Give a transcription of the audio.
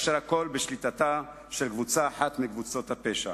והכול בשליטתה של קבוצה אחת מקבוצות הפשע.